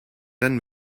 dann